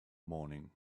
morning